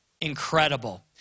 incredible